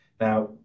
Now